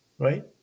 Right